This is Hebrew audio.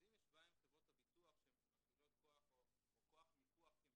אז אם יש בעיה עם חברות הביטוח שהן מפעילות כוח או כוח מיקוח כי הם